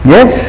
Yes